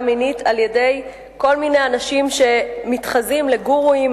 מינית על-ידי כל מיני אנשים שמתחזים לגורואים,